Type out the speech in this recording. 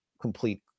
complete